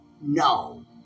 No